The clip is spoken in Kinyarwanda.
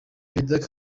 perezida